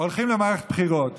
הולכים למערכת בחירות.